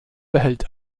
behält